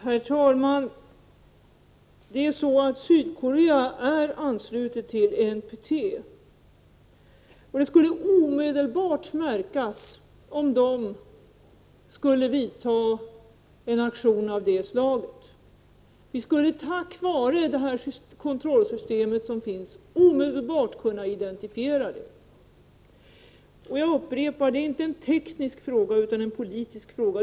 Herr talman! Sydkorea är anslutet till NPT. Det skulle omedelbart märkas om Sydkorea skulle vidta en aktion av det slag som Oswald Söderqvist nämner. Vi skulle tack vare det kontrollsystem som finns omedelbart kunna identifiera det. Jag upprepar: Det är inte en teknisk fråga utan en politisk.